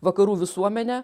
vakarų visuomenę